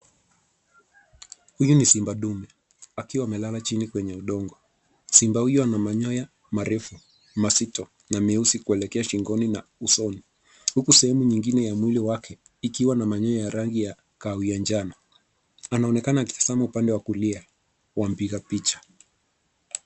Huyu ni simba dume, akiwa amelala chini kwenye udongo. Simba huyu ana manyonya marefu, mazito, na meusi kuelekea shingoni, na usoni, huku sehemu nyingine ya mwili wake, ikiwa manyonya ya rangi ya kahawia njano. Anaonekana akitazama upande wa kulia, wa mpiga picha.